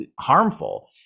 harmful